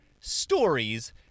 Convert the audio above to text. stories